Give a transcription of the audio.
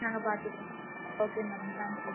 நாங்கள் பார்த்துக்குறோம் okay madam thank you